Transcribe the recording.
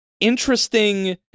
Interesting